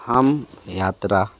हम यात्रा